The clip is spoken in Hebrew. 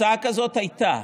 הצעה כזאת הייתה,